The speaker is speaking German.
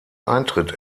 eintritt